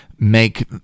make